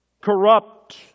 corrupt